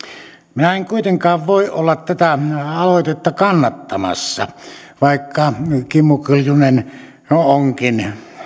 minä en kuitenkaan voi olla tätä aloitetta kannattamassa vaikka kimmo kiljunen onkin